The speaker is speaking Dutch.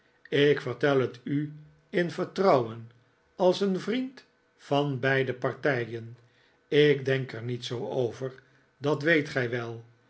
ik vertel het u in vertro uwen als een vriend van beide partijen i k denk er niet zoo over dat weet gij wel